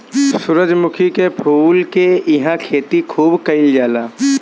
सूरजमुखी के फूल के इहां खेती खूब कईल जाला